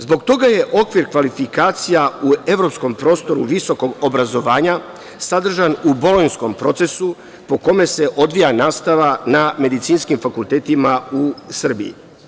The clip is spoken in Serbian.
Zbog toga je okvir kvalifikacija u evropskom prostoru visokog obrazovanja sadržan u Bolonjskom procesu po kome se odvija nastava na medicinskim fakultetima u Srbiji.